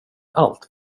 allt